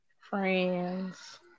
friends